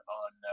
on